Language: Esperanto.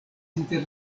inter